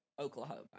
Oklahoma